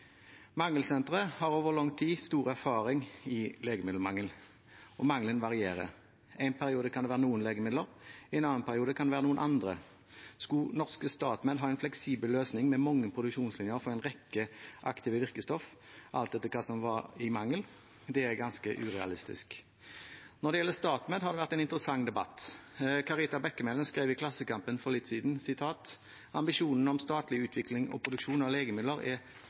Mangelsenteret har over lang tid stor erfaring med legemiddelmangel, og mangelen varierer. Én periode kan det være noen legemidler, i en annen periode kan det være noen andre. At den norske staten skal ha en fleksibel løsning med mange produksjonslinjer for en rekke aktive virkestoffer, alt etter hva som er i mangel, er ganske urealistisk. Når det gjelder StatMed, har det vært en interessant debatt. Karita Bekkemellem skrev i Klassekampen for litt siden: «Ambisjonen om statlig utvikling og produksjon av legemidler